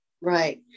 Right